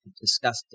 disgusting